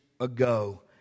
ago